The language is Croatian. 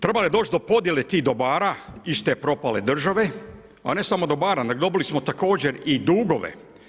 Trebalo je doći do podjele tih dobara iz te pripale države, a ne samo dobara, nego dobili smo također i dugove.